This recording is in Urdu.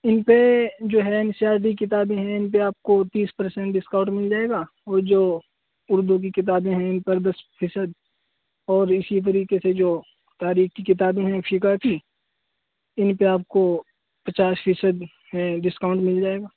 ان پہ جو ہے این سی آر ٹی کی کتابیں ہیں ان پہ آپ کو تیس پرسنٹ ڈسکاؤنٹ مل جائے گا اور جو اردو کی کتابیں ہیں ان پر دس فیصد اور اسی طریقے سے جو تاریخ کی کتابیں ہیں فقہ کی ان پہ آپ کو پچاس فی صد ہے ڈسکاؤنٹ مل جائے گا